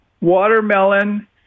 watermelon